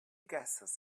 gases